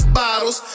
bottles